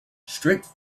strict